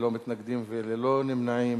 ללא מתנגדים וללא נמנעים,